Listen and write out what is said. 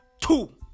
two